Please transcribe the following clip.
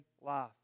life